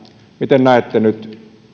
miten näette nyt